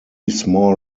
small